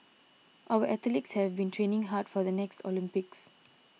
our athletes have been training hard for the next Olympics